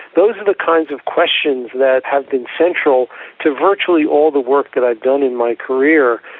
those are the kinds of questions that have been central to virtually all the work that i've done in my career.